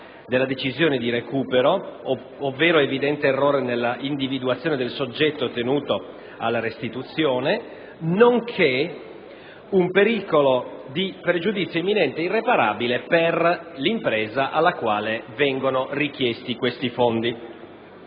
della decisione di recupero, ovvero evidente errore nell'individuazione del soggetto tenuto alla restituzione dell'aiuto di Stato, nonché pericolo di un pregiudizio imminente e irreparabile per l'impresa alla quale vengono richiesti questi fondi.